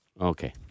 Okay